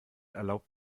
erlaubt